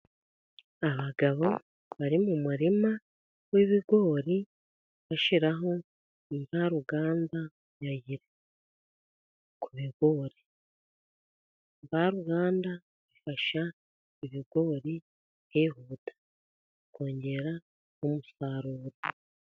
Abagabo bari mu murima w'ibigori bashyiraho imvaruganda yo ku bigori, imvaruganda ifasha ibigori kwihuta kongera umusaruro.